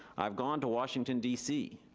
i've gone to washington, d c,